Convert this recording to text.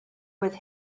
with